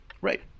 Right